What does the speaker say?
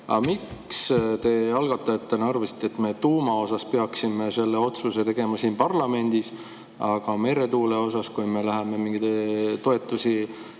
miks te algatajatena arvasite, et me tuuma kohta peaksime selle otsuse tegema siin parlamendis, aga meretuule puhul, kui me läheme mingeid toetusi